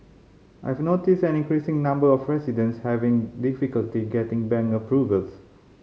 I've noticed an increasing number of residents having difficulty getting bank approvals